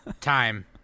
Time